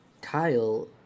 kyle